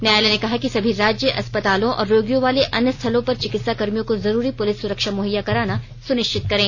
न्यायालय ने कहा कि सभी राज्य अस्पतालों और रोगियों वाले अन्य स्थलों पर चिकित्सा कर्मियों को जरूरी पुलिस सुरक्षा मुहैया कराना सुनिश्चित करें